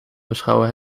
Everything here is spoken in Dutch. beschouwen